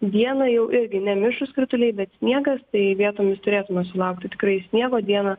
dieną jau irgi ne mišrūs krituliai bet sniegas tai vietomis turėtume sulaukti tikrai sniego dieną